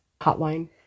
hotline